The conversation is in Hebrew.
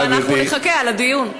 ונחכה עם הדיון.